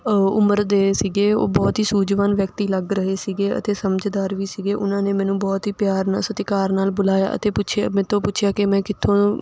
ਉਮਰ ਦੇ ਸੀਗੇ ਉਹ ਬਹੁਤ ਹੀ ਸੂਝਵਾਨ ਵਿਅਕਤੀ ਲੱਗ ਰਹੇ ਸੀਗੇ ਅਤੇ ਸਮਝਦਾਰ ਵੀ ਸੀਗੇ ਉਹਨਾਂ ਨੇ ਮੈਨੂੰ ਬਹੁਤ ਹੀ ਪਿਆਰ ਨਾਲ ਸਤਿਕਾਰ ਨਾਲ ਬੁਲਾਇਆ ਅਤੇ ਪੁੱਛਿਆ ਮੇਰੇ ਤੋਂ ਪੁੱਛਿਆ ਕਿ ਮੈਂ ਕਿੱਥੋਂ